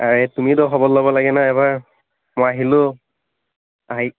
এই তুমিতো খবৰ ল'ব লাগে ন' এবাৰ মই আহিলোঁ আহি